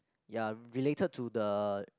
ya related to the